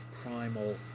primal